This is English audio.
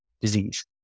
Disease